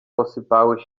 posypały